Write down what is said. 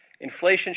Inflation